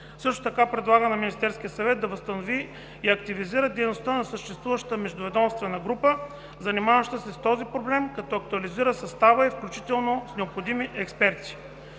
Също така предлага на Министерския съвет да възстанови и активизира дейността на съществуващата междуведомствена група, занимаваща се с този проблем, като актуализира състава й, включително с необходимите експерти;